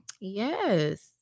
Yes